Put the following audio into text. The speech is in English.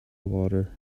water